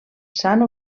sant